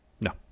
no